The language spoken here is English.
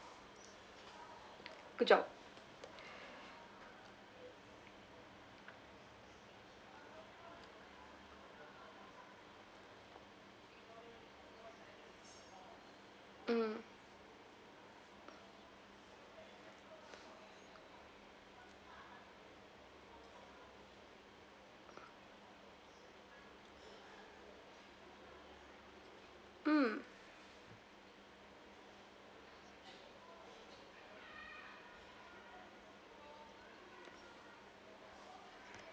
good job mm mm